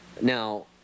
Now